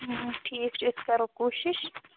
ٹھیٖک چھُ أسۍ کَرو کوٗشِش